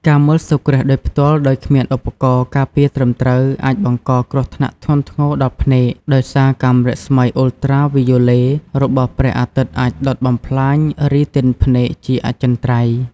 ការមើលសូរ្យគ្រាសដោយផ្ទាល់ដោយគ្មានឧបករណ៍ការពារត្រឹមត្រូវ អាចបង្កគ្រោះថ្នាក់ធ្ងន់ធ្ងរដល់ភ្នែក ដោយសារកាំរស្មីអ៊ុលត្រាវីយ៉ូឡេ របស់ព្រះអាទិត្យអាចដុតបំផ្លាញរីទីនភ្នែកជាអចិន្ត្រៃយ៍ ។